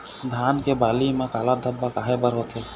धान के बाली म काला धब्बा काहे बर होवथे?